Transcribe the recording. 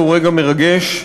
מרגש.